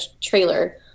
trailer